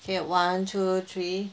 okay one two three